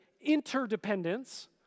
Interdependence